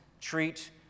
treat